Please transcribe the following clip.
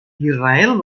israel